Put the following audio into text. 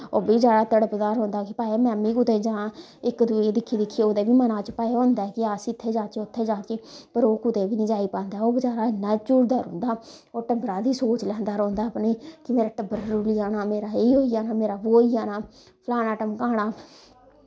ओह् बी बचैरा तड़फदा रौंह्दा कि भाई में बी कुतै जां इक दुए गी दिक्खी दिक्खियै ओह्दे बी मना च भाई होंदा कि अस इत्थें जाह्च्चै उत्थें जाहच्चै पर ओह् कुतै बी नी जाई पांदा ओह् बचैरा इन्ना झूरदा रौंह्दा ओह् टब्बरा दी सोच लैंदा रौंह्दा अपनी कि मेरा टब्बर रुली जाना एह् होई जाना बो होई जाना फलाना टमकाना